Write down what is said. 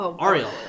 ariel